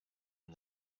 and